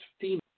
female